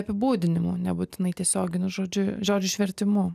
apibūdinimu nebūtinai tiesioginiu žodžiu žodžio išvertimu